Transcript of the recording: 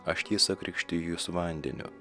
aš tiesa krikštiju jus vandeniu